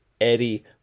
Eddie